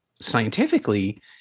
scientifically